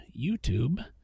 YouTube